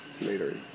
later